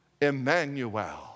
Emmanuel